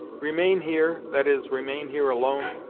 remain here that is, remain here, alone,